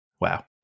Wow